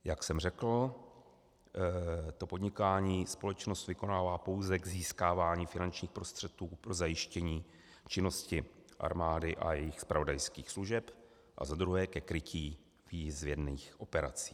Jak jsem řekl, to podnikání společnost vykonává pouze k získávání finančních prostředků pro zajištění činnosti armády a jejích zpravodajských služeb a za druhé ke krytí výzvědných operací.